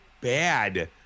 bad